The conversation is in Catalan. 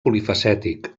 polifacètic